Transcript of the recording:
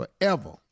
forever